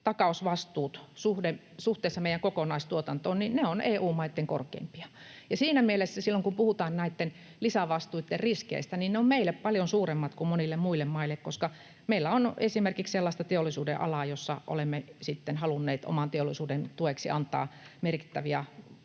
takausvastuut suhteessa meidän kokonaistuotantoomme ovat EU-maitten korkeimpia. Siinä mielessä silloin, kun puhutaan näitten lisävastuitten riskeistä, niin ne ovat meille paljon suuremmat kuin monille muille maille, koska meillä on esimerkiksi sellaista teollisuudenalaa, jossa olemme halunneet oman teollisuutemme tueksi antaa merkittäviä